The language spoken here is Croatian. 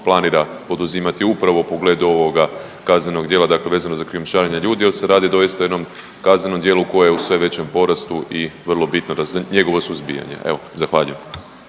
planira poduzimati upravo u pogledu ovoga kaznenog djela, dakle vezano za krijumčarenje ljudi jel se radi doista o jednom kaznenom djelu koje je u sve većem porastu i vrlo bitno za njegovo suzbijanje, evo zahvaljujem.